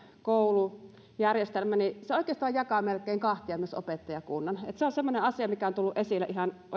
koulujärjestelmä oikeastaan jakaa melkein kahtia myös opettajakunnan se on semmoinen asia mikä on tullut esille